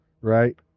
Right